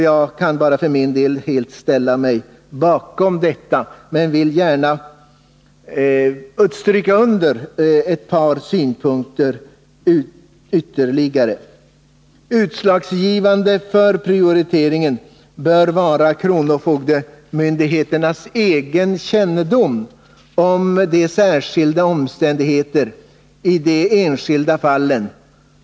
Jag kan för min del helt ställa mig bakom denna bedömning, men jag vill gärna ytterligare stryka under ett par synpunkter. Utslagsgivande för prioriteringen bör vara kronofogdemyndigheternas egen kännedom om de särskilda omständigheterna i de enskilda fallen.